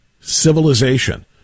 civilization